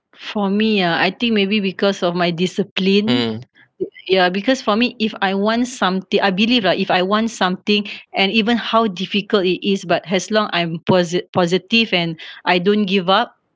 for me ah I think maybe because of my discipline ya because for me if I want something I believe lah if I want something and even how difficult it is but as long I'm posi~ positive and I don't give up